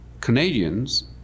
Canadians